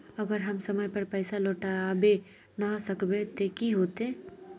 अगर हम समय पर पैसा लौटावे ना सकबे ते की होते?